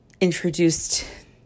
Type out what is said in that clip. introduced